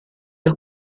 los